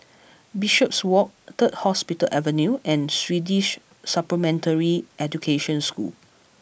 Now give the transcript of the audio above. Bishopswalk Third Hospital Avenue and Swedish Supplementary Education School